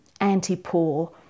anti-poor